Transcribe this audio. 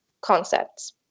concepts